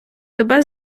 тебе